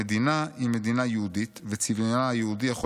המדינה היא מדינה יהודית וצביונה היהודי יכול